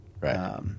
Right